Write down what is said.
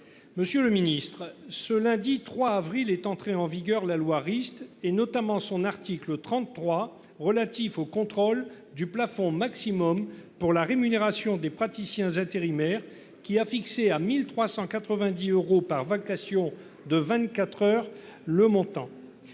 Monsieur le Ministre, ce lundi 3 avril est entré en vigueur la loi Rist et notamment son article 33 relatif au contrôle du plafond maximum pour la rémunération des praticiens intérimaires qui a fixé à 1390 euros par vacation de 24h. Le montant.